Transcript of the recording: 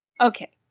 Okay